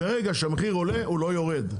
ברגע שהמחיר עולה הוא לא יורד.